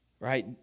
Right